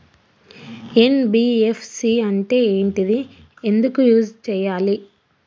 NBFC అంటే ఏంటిది ఎందుకు యూజ్ చేయాలి?